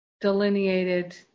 delineated